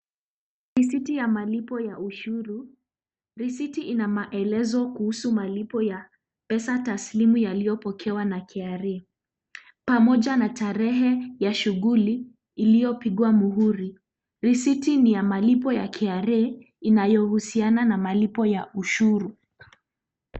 Risiti ya malipo ya ushuru. Risiti ina maelezo kuhusu malipo ya pesa taslimu iliyopokelewa na KRA, pamoja na tarehe ya shughuli iliyopigwa muhuri, risiti ni ya malipo ya KRA, inayohusiana na malipo ya ushuru.